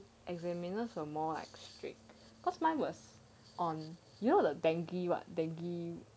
examiners are more like strict cause mine was on you know dengue what dengue